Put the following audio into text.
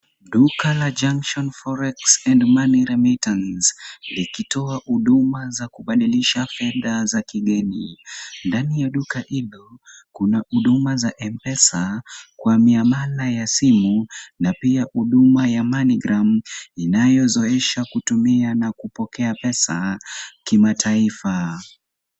Duka la Junction Forex and money remitance, likitoa huduma za kubadilisha fedha za kigeni. Ndani ya duka hilo kuna huduma za M-Pesa, kwa miamala ya simu na pia huduma ya Moneygram , inayozoesha kutumia na kupokea pesa kimataifa.